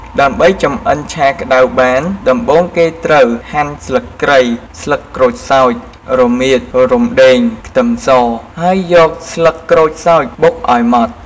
ដើម្បីចម្អិនឆាក្តៅបាន ដំបូងគេត្រូវ ហាន់ស្លឹកគ្រៃ ស្លឹកក្រូចសើច រមៀត រំដេង ខ្ទឹមស ហើយយកស្លឹកក្រូចសើចបុកឱ្យម៉ដ្ឋ។